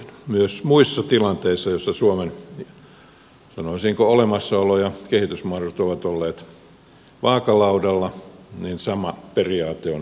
myös muissa tilanteissa joissa suomen sanoisinko olemassaolo ja kehitysmahdollisuudet ovat olleet vaakalaudalla sama periaate on näyttänyt toistuvan